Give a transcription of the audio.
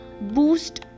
boost